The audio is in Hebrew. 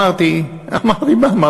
מה אמרתי?